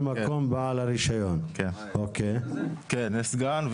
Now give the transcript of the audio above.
יש סגן.